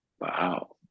wow